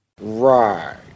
Right